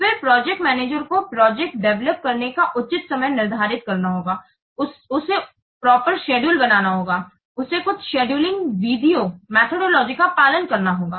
फिर project manager को project develop करने का उचित समय निर्धारित करना होगा उसे उचित शेड्यूल बनाना होगा उसे कुछ शेड्यूलिंग मेथोडोलोजिज़ का पालन करना होगा